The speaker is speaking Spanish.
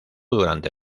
durante